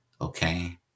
Okay